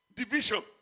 Division